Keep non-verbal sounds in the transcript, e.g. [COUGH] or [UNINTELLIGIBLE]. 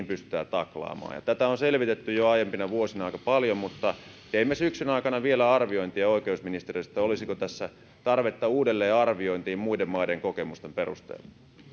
[UNINTELLIGIBLE] pystytään taklaamaan tätä on selvitetty jo aiempina vuosina aika paljon mutta teemme syksyn aikana vielä arviointia oikeusministeriössä olisiko tässä tarvetta uudelleenarviointiin muiden maiden kokemusten perusteella